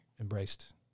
embraced